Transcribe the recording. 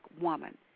woman